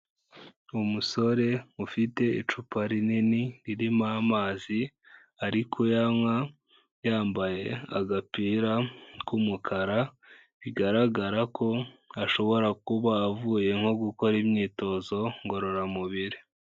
Umusore ufite icupa rinini ririmo amazi ari kuyanywa, yambaye agapira k'umukara, bigaragara ko ashobora kuba avuye nko gukora imyitozo ngororamubiri.